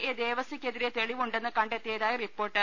A ദേവസ്സിക്കെതിരെ തെളിവുണ്ടെന്ന് കണ്ടെത്തിയതായി റിപ്പോർട്ട്